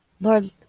Lord